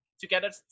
together